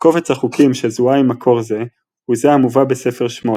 קובץ החוקים שזוהה עם מקור זה הוא זה המובא בספר שמות,